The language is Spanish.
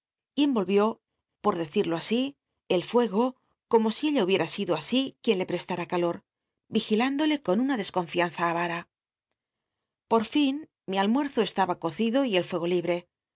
cmolvió por decirlo así el fuego como si ella hubiera sido a í quien le prestara calot vigilándole con una desconfianza avara por fin mi almuerzo estaba cocido y el fuego libre